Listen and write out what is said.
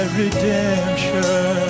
redemption